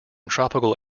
tropical